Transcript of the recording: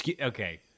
Okay